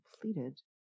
completed